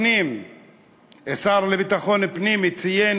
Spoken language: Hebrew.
השר לביטחון פנים ציין